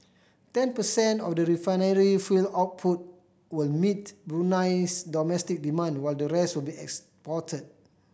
ten percent of the refinery fuel output will meet Brunei's domestic demand while the rest will be exported